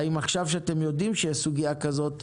והאם עכשיו כשאתם יודעים שיש סוגיה כזאת,